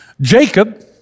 Jacob